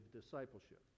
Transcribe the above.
Discipleship